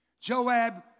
Joab